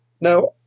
Now